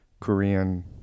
Korean